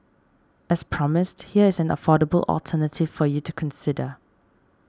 as promised here is an affordable alternative for you to consider